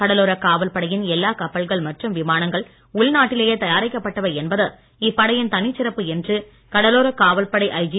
கடலோரக் காவல் படையின் எல்லா கப்பல்கள் மற்றும் விமானங்கள் உள்நாட்டிலேயே தயாரிக்கப்பட்டவை என்பது இப்படையின் தனிச் சிறப்பு என்று கடலோரக் காவல்படை ஐஜி